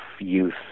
youth